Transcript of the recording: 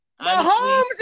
Mahomes